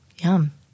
Yum